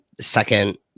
second